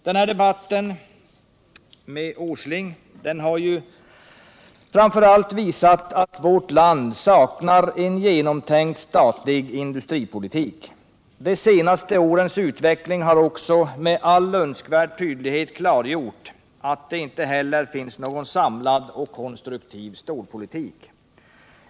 Denna debatt med herr Åsling har framför allt visat att vårt land saknar en genomtänkt statlig industripolitik. De senaste årens utveckling har också med all önsk värd tydlighet klargjort att det heller inte finns någon samlad och konstruktiv stålpolitik.